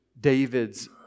David's